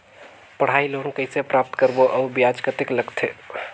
पढ़ाई लोन कइसे प्राप्त करबो अउ ब्याज कतेक लगथे?